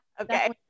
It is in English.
okay